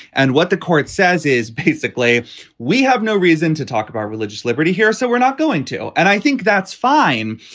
and what the court says is basically we have no reason to talk about. liberty here, so we're not going to. and i think that's fine.